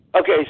Okay